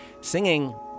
Singing